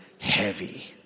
heavy